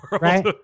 right